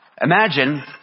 imagine